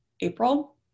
April